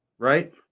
Right